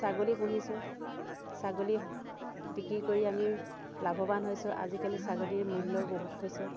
ছাগলী পুহিছোঁ ছাগলী বিক্ৰী কৰি আমি লাভৱান হৈছোঁ আজিকালি ছাগলীৰ মূল্য় বহুত হৈছে